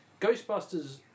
Ghostbusters